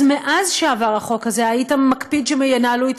אז מאז שעבר החוק הזה היית מקפיד שהם ינהלו את